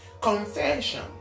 confession